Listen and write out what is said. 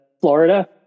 Florida